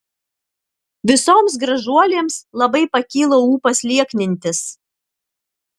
visoms gražuolėms labai pakyla ūpas lieknintis